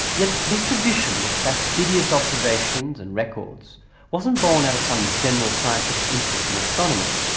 yet this tradition of fastidious observations and records wasn't born out of some general scientific interest in astronomy.